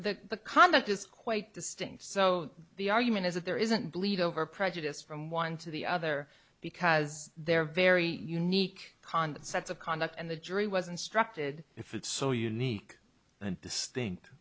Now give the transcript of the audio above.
the the conduct is quite distinct so the argument is that there isn't bleed over prejudice from one to the other because they're very unique concepts of conduct and the jury was instructed if it's so unique and distinct